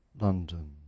London